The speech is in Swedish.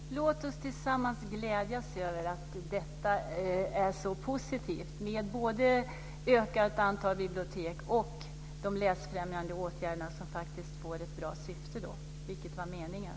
Fru talman! Låt oss tillsammans glädjas över att det är så positivt med både ökat antal bibliotek och de läsfrämjande åtgärderna. De uppnår faktiskt sitt goda syfte, vilket var meningen.